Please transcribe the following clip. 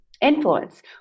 influence